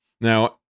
Now